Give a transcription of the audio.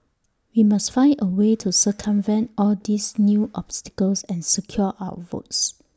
we must find A way to circumvent all these new obstacles and secure our votes